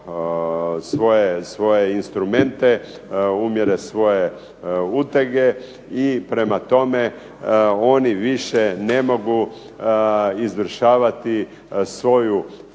svoje instrumente, umjere svoje utege. Prema tome, oni više ne mogu izvršavati